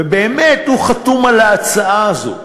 ובאמת הוא חתום על ההצעה הזאת.